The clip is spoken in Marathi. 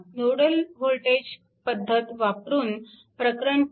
नोड वोल्टेज पद्धत वापरून प्रकरण 3